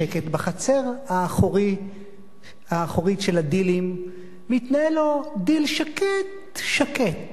בחצר האחורית של הדילים מתנהל לו דיל שקט-שקט,